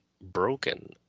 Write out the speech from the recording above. broken